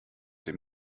dem